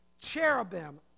cherubim